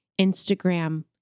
Instagram